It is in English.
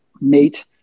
mate